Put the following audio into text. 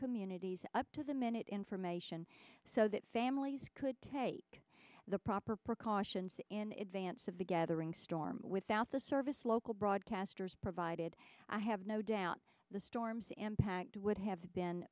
communities up to the minute information so that families could take the proper precautions in advance of the gathering storm without the service local broadcasters provided i have no doubt the storm's impact would have been